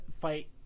fight